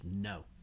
No